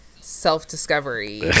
self-discovery